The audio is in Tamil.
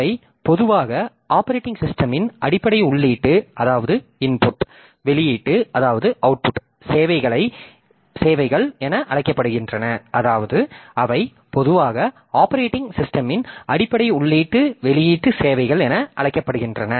அவை பொதுவாக ஆப்பரேட்டிங் சிஸ்டமின் அடிப்படை உள்ளீட்டு வெளியீட்டு சேவைகள் என அழைக்கப்படுகின்றன